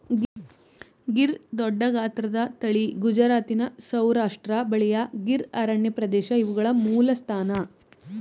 ಗೀರ್ ದೊಡ್ಡಗಾತ್ರದ ತಳಿ ಗುಜರಾತಿನ ಸೌರಾಷ್ಟ್ರ ಬಳಿಯ ಗೀರ್ ಅರಣ್ಯಪ್ರದೇಶ ಇವುಗಳ ಮೂಲಸ್ಥಾನ